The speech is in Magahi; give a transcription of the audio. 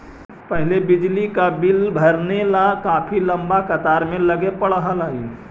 पहले बिजली का बिल भरने ला काफी लंबी कतार में लगे पड़अ हलई